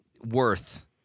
worth